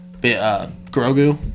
Grogu